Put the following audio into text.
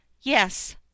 Yes